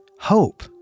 Hope